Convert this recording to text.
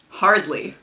hardly